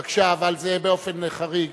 בבקשה, אבל זה באופן חריג.